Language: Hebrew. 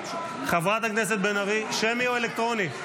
חברת הכנסת בן ארי, שמי או אלקטרוני?